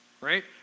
Right